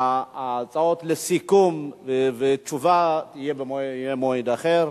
הצעות לסיכום ותשובה יהיו במועד אחר.